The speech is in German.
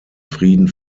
frieden